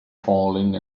falling